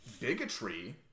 bigotry